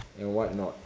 and what not